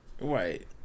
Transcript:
Right